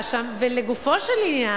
ולגופו של עניין.